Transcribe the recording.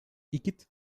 igitt